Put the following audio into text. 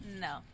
No